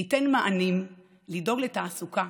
ליתן מענים, לדאוג לתעסוקה,